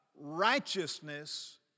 Righteousness